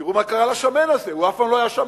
תראו מה קרה לשמן הזה, הוא אף פעם לא היה שמן.